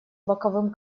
боковым